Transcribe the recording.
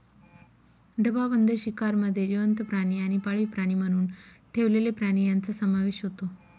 डबाबंद शिकारमध्ये जिवंत प्राणी आणि पाळीव प्राणी म्हणून ठेवलेले प्राणी यांचा समावेश होतो